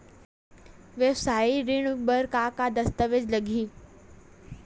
वेवसायिक ऋण बर का का दस्तावेज लगही?